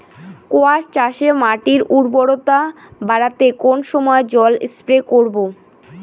কোয়াস চাষে মাটির উর্বরতা বাড়াতে কোন সময় জল স্প্রে করব?